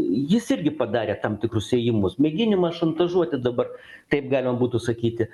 jis irgi padarė tam tikrus ėjimus mėginimą šantažuoti dabar taip galima būtų sakyti